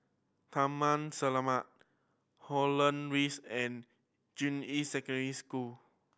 Taman Selamat Holland Rise and Juying Secondary School